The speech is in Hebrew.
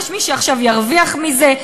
יש מי שעכשיו ירוויח מזה.